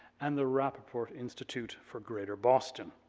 and the rappaport institute for greater boston.